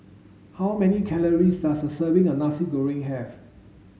how many calories does a serving of Nasi Goreng have